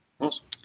Awesome